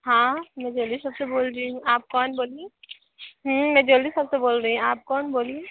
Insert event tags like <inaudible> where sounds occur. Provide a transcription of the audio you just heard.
हाँ मैं jewellery shop से बोल रही हूँ आप कौन बोल <unintelligible> मैं ज्वेलरी शॉप से बोल रही हूँ आप कौन बोल <unintelligible>